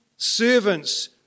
servants